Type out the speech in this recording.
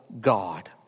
God